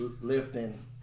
lifting